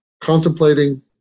contemplating